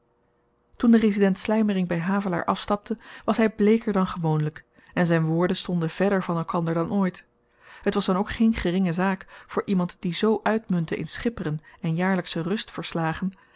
toen de resident slymering by havelaar afstapte was hy bleeker dan gewoonlyk en zyn woorden stonden verder van elkander dan ooit het was dan ook geen geringe zaak voor iemand die z uitmuntte in schipperen en